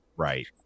Right